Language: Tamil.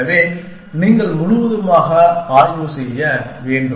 எனவே நீங்கள் முழுவதுமாக ஆய்வு செய்ய வேண்டும்